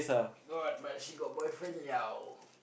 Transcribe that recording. got but she got boyfriend liao